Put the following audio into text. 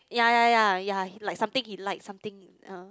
yea yea yea yea like something he like something uh